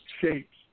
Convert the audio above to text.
shapes